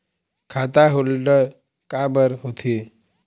खाता होल्ड काबर होथे?